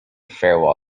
farewell